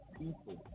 people